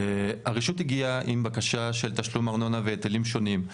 הרשות הגיעה עם בקשה של תשלום ארנונה והיטלים שונים,